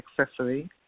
accessory